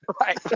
Right